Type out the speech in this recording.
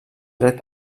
dret